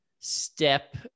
step